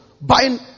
buying